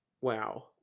Wow